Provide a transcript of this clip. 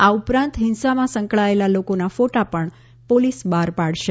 આ ઉપરાંત ફીંસામાં સંકળાયેલા લોકોના ફોટા પણ પોલીસ બહાર પાડશે